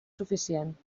suficient